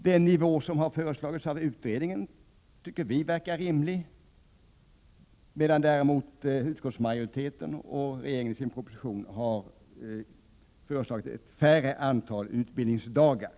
Den nivå som har föreslagits av utredningen tycker vi verkar rimlig, medan däremot utskottsmajoriteten och regeringen, i sin proposition, har föreslagit färre utbildningsdagar.